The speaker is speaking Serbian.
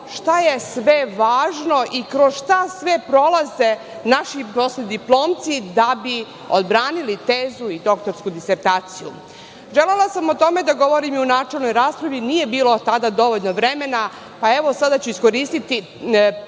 šta je sve važno i kroz šta sve prolaze naši poslediplomci da bi odbranili tezu i doktorsku disertaciju. Želela sam o tome da govorim i u načelnoj raspravi, nije bilo tada dovoljno vremena, pa evo, sada ću iskoristiti